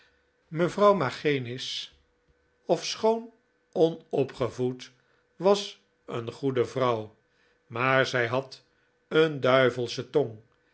mevrouw magenis ofschoon onopgevoed was een goede vrouw maar zij had een duivelsche tong